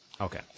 Okay